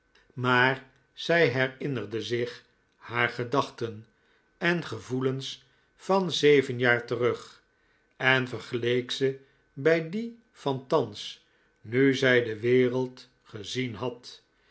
maar zij herinnerde zich haar gedachten en gevoelens van zeven jaar terug en vergeleek ze bij die van thans nu zij de wereld gezien had